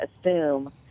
assume